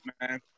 man